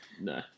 No